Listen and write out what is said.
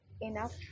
enough